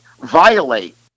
violate